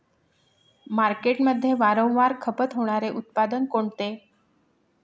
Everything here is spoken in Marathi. मार्केटमध्ये वारंवार खपत होणारे उत्पादन कोणते?